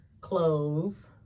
clothes